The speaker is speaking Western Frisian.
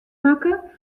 makke